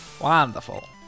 Wonderful